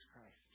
Christ